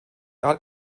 art